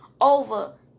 over